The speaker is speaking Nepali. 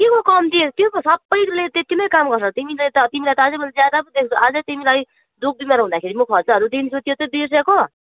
के को कम्ती के को सबैले त्यति नै काम गर्छ तिमीले त तिमीलाई त अझै मैले ज्यादा पो दिएको छु अझै तिमीलाई दु ख बिमार हुँदाखेरि म खर्चहरू दिन्छु त्यो चाहिँ बिर्सेको